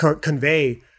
convey